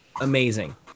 amazing